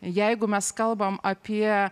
jeigu mes kalbam apie